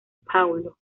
paulo